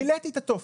מילאתי את הטופס.